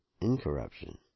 incorruption